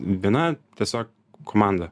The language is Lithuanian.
viena tiesiog komandą